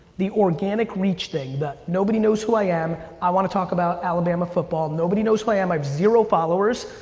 the organic reach thing that nobody knows who i am, i wanna talk about alabama football, nobody knows who i am, i have zero followers.